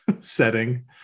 setting